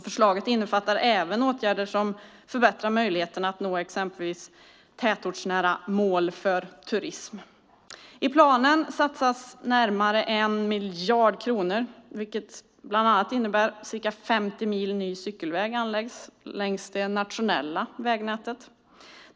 Förslaget innefattar även åtgärder som förbättrar möjligheterna att nå exempelvis tätortsnära mål för turism. I planen satsas närmare 1 miljard kronor vilket bland annat innebär att ca 50 mil ny cykelväg anläggs längs det nationella vägnätet.